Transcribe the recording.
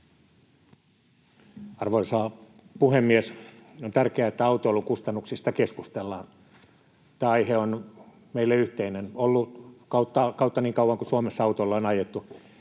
Arvoisa puhemies! On tärkeää, että autoilun kustannuksista keskustellaan. Tämä aihe on meille yhteinen, on ollut niin kauan kuin Suomessa autolla on ajettu.